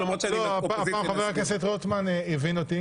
הפעם חבר הכנסת רוטמן הבין אותי